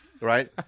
right